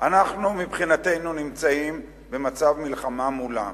מבחינתנו, אנחנו נמצאים במצב מלחמה מולם.